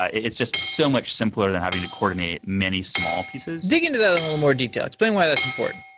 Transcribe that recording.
ah it's just so much simpler than having to coordinate many small pieces dig into that in a little more detail. explain why that's important.